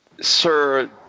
Sir